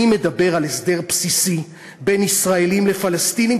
אני מדבר על הסדר בסיסי בין ישראלים לפלסטינים,